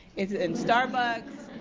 is it in starbucks?